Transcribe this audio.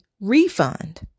refund